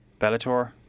Bellator